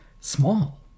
small